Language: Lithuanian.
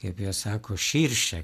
kaip jie sako širše